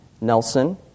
Nelson